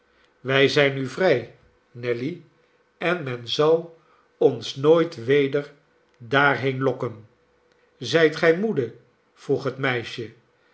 wij zijn nu vrij nelly en men zal ons nooit weder daarheen lokken zijt gij moede vroeg het meisje